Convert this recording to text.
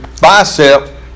bicep